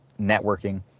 networking